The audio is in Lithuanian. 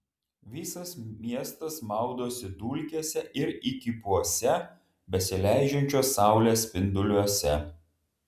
visas miestas maudosi dulkėse ir įkypuose besileidžiančios saulės spinduliuose